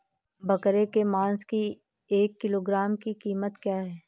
बकरे के मांस की एक किलोग्राम की कीमत क्या है?